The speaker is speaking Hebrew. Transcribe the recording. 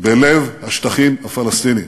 בלב השטחים הפלסטיניים.